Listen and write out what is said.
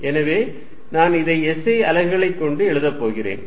எனவே நான் இதை SI அலகுகளைக் கொண்டு எழுதப் போகிறேன்